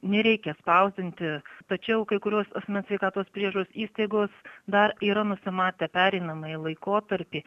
nereikia spausdinti tačiau kai kurios asmens sveikatos priežiūros įstaigos dar yra nusimatę pereinamąjį laikotarpį